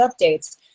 updates